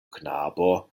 knabo